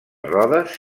rodes